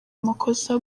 amakosa